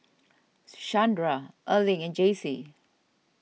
Shandra Erling and Jaycee